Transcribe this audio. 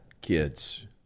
kids